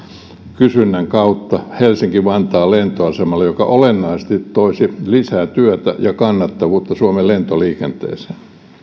kysynnän kautta helsinki vantaan lentoasemalle mikä olennaisesti toisi lisää työtä ja kannattavuutta suomen lentoliikenteeseen